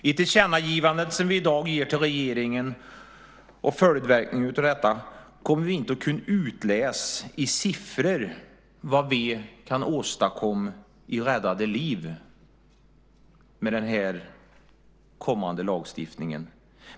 Med det tillkännagivande som vi i dag ger till regeringen och följdverkningarna av detta kommer vi inte att kunna utläsa i siffror vad vi kan åstadkomma i räddade liv med den kommande lagstiftningen.